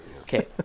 Okay